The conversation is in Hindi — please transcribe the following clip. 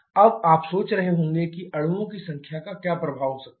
अब आप सोच रहे होंगे कि अणुओं की संख्या का क्या प्रभाव हो सकता है